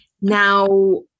Now